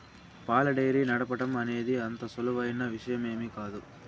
పాల డెయిరీ నడపటం అనేది అంత సులువైన విషయమేమీ కాదు